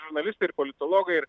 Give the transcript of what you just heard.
žurnalistai ir politologai ir